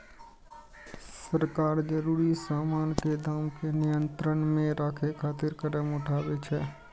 सरकार जरूरी सामान के दाम कें नियंत्रण मे राखै खातिर कदम उठाबै छै